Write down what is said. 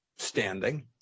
Standing